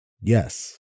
Yes